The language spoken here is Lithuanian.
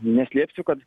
neslėpsiu kad